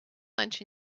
lunch